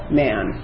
man